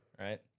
right